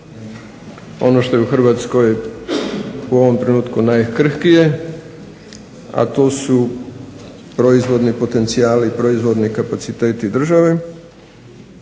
ono što je u Hrvatskoj u ovom trenutku najkrhkije, a to su proizvodni potencijali i proizvodni kapaciteti države.